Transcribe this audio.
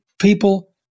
people